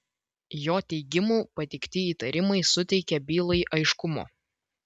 jo teigimu pateikti įtarimai suteikia bylai aiškumo